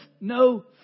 no